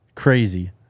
crazy